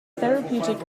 therapeutic